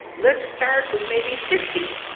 let's start with maybe fifty.